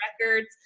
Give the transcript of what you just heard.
records